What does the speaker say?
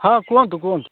ହଁ କୁହନ୍ତୁ କୁହନ୍ତୁ